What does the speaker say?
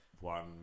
one